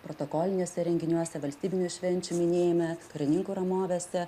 protokoliniuose renginiuose valstybinių švenčių minėjime karininkų ramovėse